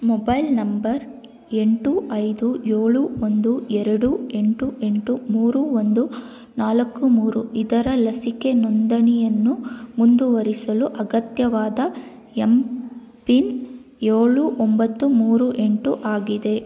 mobile number ಎಂಟು ಐದು ಏಳು ಒಂದು ಎರಡು ಎಂಟು ಎಂಟು ಮೂರು ಒಂದು ನಾಲ್ಕು ಮೂರು ಇದರ ಲಸಿಕೆ ನೋಂದಣಿಯನ್ನು ಮುಂದುವರಿಸಲು ಅಗತ್ಯವಾದ ಎಮ್ ಪಿನ್ ಏಳು ಒಂಬತ್ತು ಮೂರು ಎಂಟು ಆಗಿದೆ